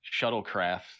shuttlecraft